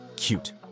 cute